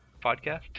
podcast